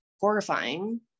horrifying